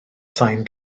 sain